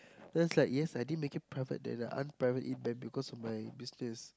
looks like yes I did make it private but unprivate it because of my business